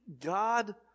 God